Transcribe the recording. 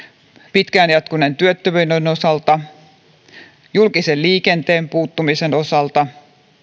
pitkään jatkuneen työttömyyden osalta julkisen liikenteen puuttumisen osalta